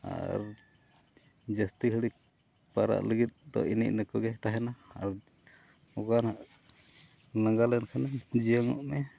ᱟᱨ ᱡᱟᱹᱥᱛᱤ ᱜᱷᱟᱹᱲᱤᱡ ᱯᱟᱨᱟᱜ ᱞᱟᱹᱜᱤᱫ ᱫᱚ ᱮᱱᱮ ᱤᱱᱟᱹᱜ ᱠᱚᱜᱮ ᱛᱟᱦᱮᱱᱟ ᱟᱨ ᱚᱠᱟ ᱱᱟᱦᱟᱸᱜ ᱞᱟᱸᱜᱟ ᱞᱮᱱᱠᱷᱟᱱᱮᱢ ᱡᱤᱭᱟᱹᱝᱼᱚᱜ ᱢᱮ